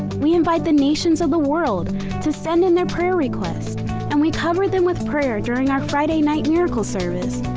we invite the nations of the world to send in their prayer requests and we cover them with prayer during our friday night miracle service.